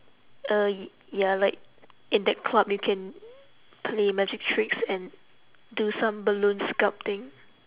uh y~ ya like in that club you can play magic tricks and do some balloon sculpting